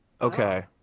Okay